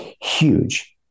huge